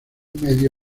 medio